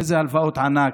איזה הלוואות ענק?